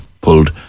pulled